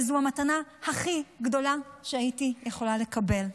וזו המתנה הכי גדולה שהייתי יכולה לקבל.